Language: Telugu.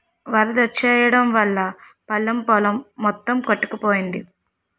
వరదొచ్చెయడం వల్లా పల్లం పొలం మొత్తం కొట్టుకుపోయింది